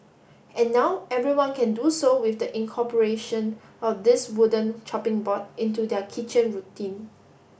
and now everyone can do so with the incorporation of this wooden chopping board into their kitchen routine